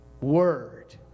word